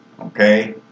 okay